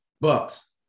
Bucks